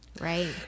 Right